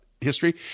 history